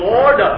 Lord